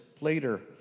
later